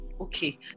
okay